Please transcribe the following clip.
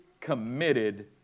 committed